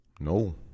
No